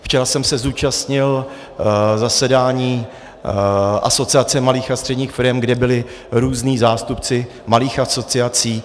Včera jsem se zúčastnil zasedání Asociace malých a středních firem, kde byli různí zástupci malých asociací.